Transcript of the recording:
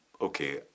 okay